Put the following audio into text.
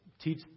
teach